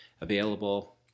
available